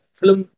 film